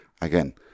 Again